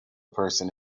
person